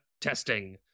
testing